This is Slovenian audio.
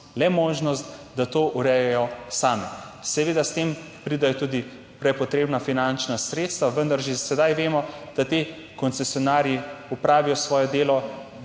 le možnost, da to urejajo same. Seveda s tem pridejo tudi prepotrebna finančna sredstva, vendar že sedaj vemo, da ti koncesionarji opravijo svoje delo,